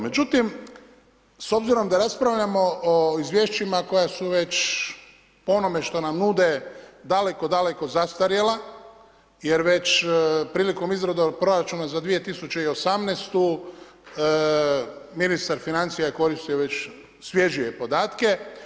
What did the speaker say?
Međutim, s obzirom da raspravljamo o izvješćima koja su već po onome što nam nude, daleko, daleko zastarjela jer već prilikom izrade proračuna za 2018. ministar financija je koristio već svježije podatke.